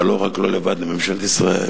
אבל לא רק לו לבד, לממשלת ישראל,